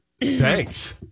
thanks